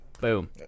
Boom